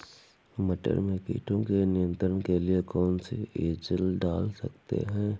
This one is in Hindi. मटर में कीटों के नियंत्रण के लिए कौन सी एजल डाल सकते हैं?